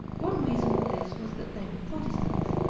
one reason for this was that they were protestants,